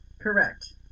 Correct